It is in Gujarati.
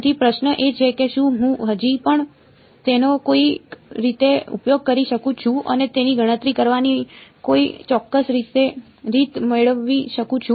તેથી પ્રશ્ન એ છે કે શું હું હજી પણ તેનો કોઈક રીતે ઉપયોગ કરી શકું છું અને તેની ગણતરી કરવાની કોઈ ચોક્કસ રીત મેળવી શકું છું